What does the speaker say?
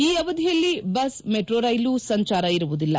ಈ ಅವಧಿಯಲ್ಲಿ bus metro ರೈಲು ಸಂಚಾರ ಇರುವುದಿಲ್ಲ